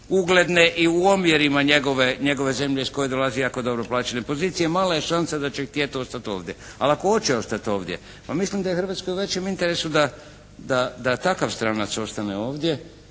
ugledne i u omjerima njegove zemlje iz koje dolazi jako dobro plaćene pozicije. Mala je šansa da će htjeti ovdje. Ali ako hoće ostati ovdje, pa mislim da je Hrvatskoj u većem interesu da takav stranac ostane ovdje,